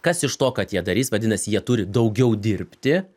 kas iš to kad jie darys vadinasi jie turi daugiau dirbti